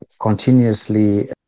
continuously